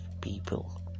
people